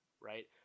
right